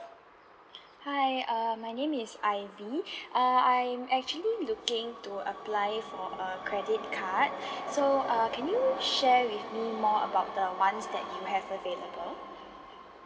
hi uh my name is ivy uh I'm actually looking to apply for a credit card so uh can you share with me more about the ones that you have available